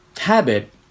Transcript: habit